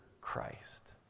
Christ